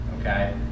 okay